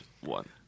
one